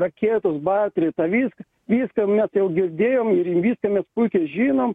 raketus barterį tą viską viską mes jau girdėjom ir viską mes puikiai žinom